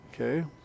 okay